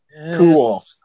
cool